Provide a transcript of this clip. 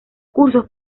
cursos